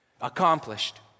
accomplished